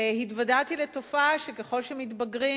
התוודעתי לתופעה שככל שמתבגרים,